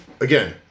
again